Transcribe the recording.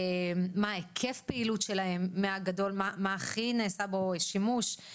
מה היקף הפעילות שלהם ומה הכי נעשה בו שימוש מהגדול לקטן,